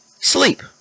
sleep